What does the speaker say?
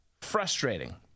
frustrating